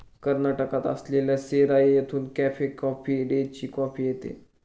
कर्नाटकात असलेल्या सेराई येथून कॅफे कॉफी डेची कॉफी येते